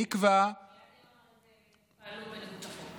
מי יקבע, כי עד היום הרי פעלו בניגוד לחוק.